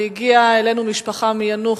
והגיעה אלינו משפחה מיאנוח.